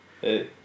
Hey